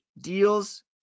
deals